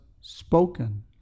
spoken